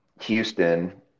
Houston